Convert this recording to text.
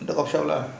coffee shop lah